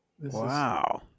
Wow